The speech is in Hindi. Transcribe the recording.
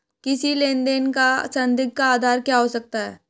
किसी लेन देन का संदिग्ध का आधार क्या हो सकता है?